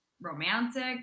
romantic